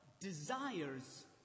desires